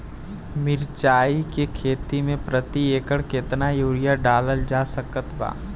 मिरचाई के खेती मे प्रति एकड़ केतना यूरिया डालल जा सकत बा?